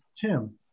Tim